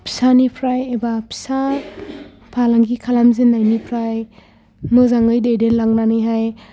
फिसानिफ्राय एबा फिसा फालांगि खालामजेननायनिफ्राय मोजाङै दैदेनलांनानैहाय